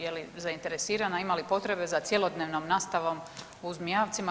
Je li zainteresirana ima li potrebe za cjelodnevnom nastavom u Zmijavcima?